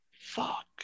fuck